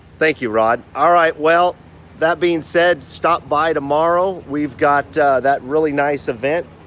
thank you, rod. all right, well that being said, stop by tomorrow. we've got that really nice event.